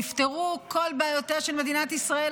נפתרו כל בעיותיה של מדינת ישראל.